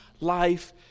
life